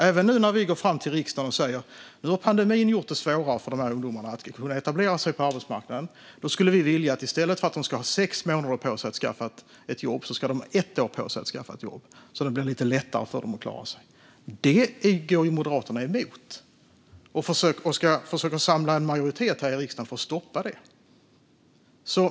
Även nu när vi går till riksdagen och säger att pandemin har gjort det svårare för de här ungdomarna att kunna etablera sig på arbetsmarknaden och att vi därför skulle vilja att de ska ha ett år på sig att skaffa ett jobb i stället för sex månader så att det blir lite lättare för dem att klara sig går Moderaterna emot och ska försöka samla en majoritet här i riksdagen för att stoppa det.